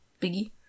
Biggie